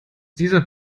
dieser